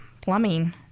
plumbing